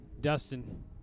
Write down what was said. Dustin